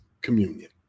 communion